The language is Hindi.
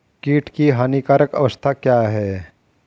कीट की हानिकारक अवस्था क्या है?